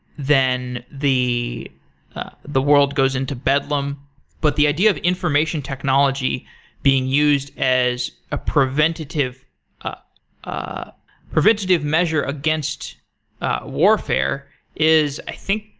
then the the world goes into bedlam but the idea of information technology being used as a preventative ah ah preventative measure against warfare is, i think,